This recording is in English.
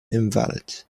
invalid